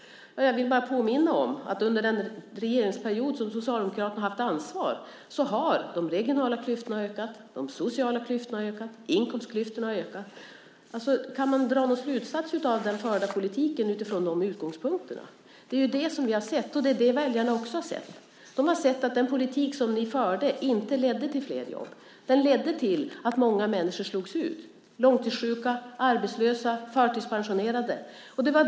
Jag vill bara påminna om att under den regeringsperiod då Socialdemokraterna har haft ansvar har de regionala klyftorna ökat. De sociala klyftorna har ökat. Inkomstklyftorna har ökat. Kan man dra någon slutsats av den förda politiken utifrån de utgångspunkterna? Det är ju det som vi har sett, och det är det väljarna också har sett. De har sett att den politik som ni förde inte ledde till flera jobb. Den ledde till att många människor slogs ut: långtidssjuka, arbetslösa, förtidspensionerade.